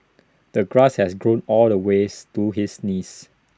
the grass had grown all the ways to his knees